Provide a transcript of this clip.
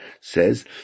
says